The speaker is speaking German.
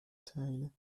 teile